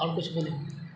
اور کچھ بھی نہیں